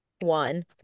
One